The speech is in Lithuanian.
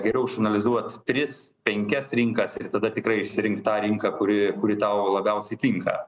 geriau išanalizuot tris penkias rinkas ir tada tikrai išsirinkt tą rinką kuri kuri tau labiausiai tinka